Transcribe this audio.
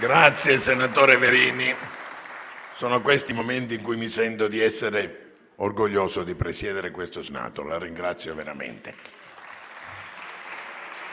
Grazie, senatore Verini. Sono questi i momenti in cui mi sento orgoglioso di presiedere questo Senato. La ringrazio veramente.